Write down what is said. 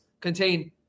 contain